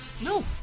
No